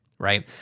right